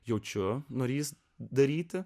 jaučiu norintis daryti